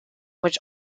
which